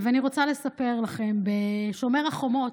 אני רוצה לספר לכם שבשומר החומות,